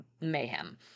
mayhem